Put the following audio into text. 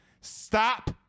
Stop